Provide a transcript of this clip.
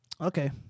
okay